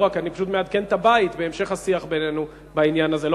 אני פשוט מעדכן את הבית בהמשך השיח בינינו בעניין הזה.